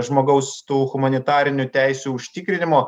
žmogaus tų humanitarinių teisių užtikrinimo